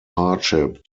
hardship